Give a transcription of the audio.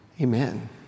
Amen